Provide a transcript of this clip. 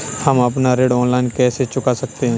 हम अपना ऋण ऑनलाइन कैसे चुका सकते हैं?